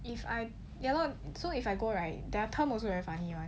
if I ya lor so if I go right their term also very funny [one]